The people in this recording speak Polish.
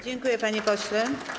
Dziękuję, panie pośle.